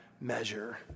measure